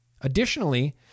Additionally